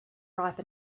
ripe